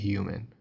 Human،